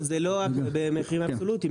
אבל זה לא במחירים אבסולוטיים,